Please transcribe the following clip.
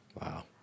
Wow